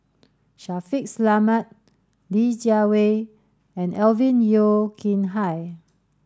Shaffiq Selamat Li Jiawei and Alvin Yeo Khirn Hai